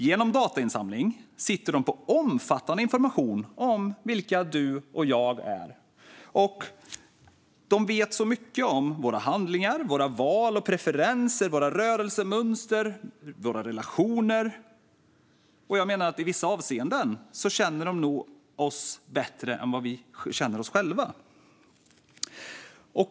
Genom datainsamling sitter de på omfattande information om vilka du och jag är. De vet så mycket om våra handlingar, val, preferenser, rörelsemönster och relationer att jag menar att de i vissa avseenden känner oss bättre än vad vi känner oss själva.